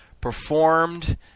performed